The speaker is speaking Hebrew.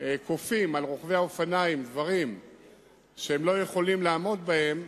כופים על רוכבי האופניים דברים שהם לא יכולים לעמוד בהם,